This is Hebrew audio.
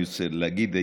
אני רוצה להגיד,